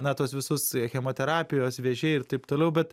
na tuos visus chemoterapijos vėžiai ir taip toliau bet